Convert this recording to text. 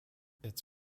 its